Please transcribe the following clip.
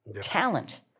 Talent